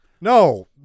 No